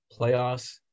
playoffs